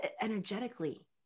energetically